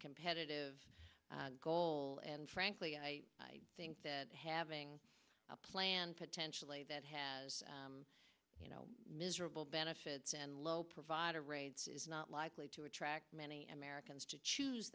competitive goal and frankly i think that having a plan potentially that has you know miserable benefits and low provider rates is not likely to attract many americans to choose